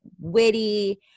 witty